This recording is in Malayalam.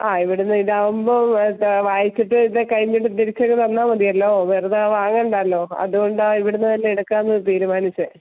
ആ ഇവിടുന്ന് ഇതാവുമ്പം ത് വായിച്ചിട്ട് ഇത് കഴിഞ്ഞിട്ട് തിരിച്ച് ഇത് തന്നാൽ മതിയല്ലോ വെറുതെ വാങ്ങണ്ടല്ലോ അതുകൊണ്ടാണ് ഇവിടുന്ന് തന്നെ എടുക്കാം എന്ന് തീരുമാനിച്ചത്